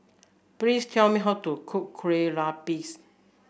please tell me how to cook Kueh Lopes